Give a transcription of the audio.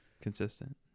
consistent